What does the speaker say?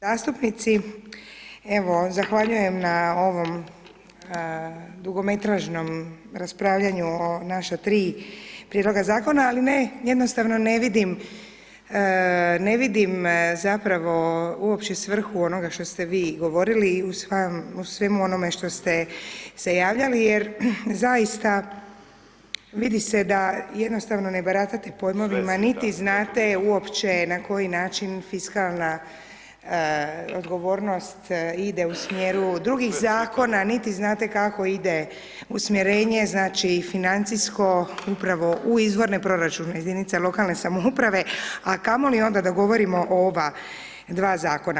Zastupnici, evo zahvaljujem na ovom dugometražnom raspravljanju o naša 3 prijedloga Zakona, ali ne, jednostavno ne vidim zapravo uopće svrhu onoga što ste vi govorili i u svemu onome što ste se javljali jer zaista, vidi se, da jednostavno ne baratate pojmovima, niti znate uopće na koji način fiskalna odgovornost ide u smjeru drugih Zakona, niti znate kako ide usmjerenje, znači, financijsko, upravo u izvorne proračune jedinica lokalne samouprave, a kamo li onda da govorimo o ova dva Zakona.